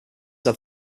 had